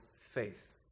faith